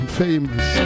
famous